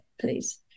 please